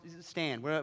stand